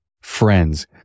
friends